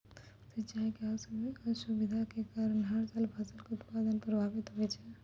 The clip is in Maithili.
सिंचाई के असुविधा के कारण हर साल फसल के उत्पादन प्रभावित होय छै